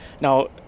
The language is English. now